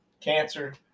cancer